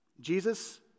Jesus